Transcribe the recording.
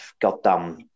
goddamn